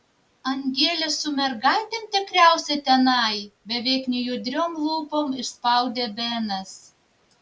angelė su mergaitėm tikriausiai tenai beveik nejudriom lūpom išspaudė benas